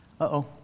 Uh-oh